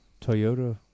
toyota